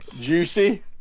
Juicy